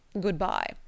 Good-bye